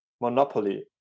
monopoly